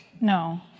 No